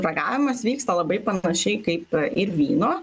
ragavimas vyksta labai panašiai kaip ir vyno